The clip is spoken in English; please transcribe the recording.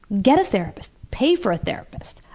get a therapist. pay for a therapist.